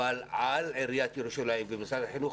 אבל על עיריית ירושלים ומשרד החינוך